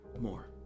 more